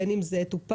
בין אם זה טופל,